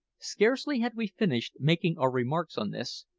scarcely had we finished making our remarks on this,